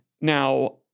Now